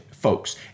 folks